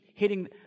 hitting